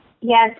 Yes